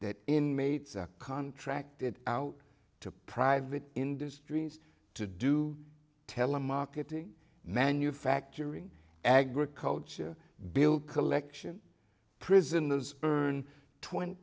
that in maids are contracted out to private industries to do telemarketing manufacturing agriculture bill collection prisoners earn tw